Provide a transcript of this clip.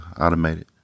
automated